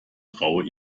traue